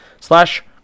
slash